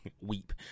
Weep